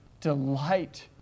Delight